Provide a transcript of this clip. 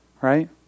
right